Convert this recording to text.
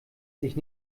sich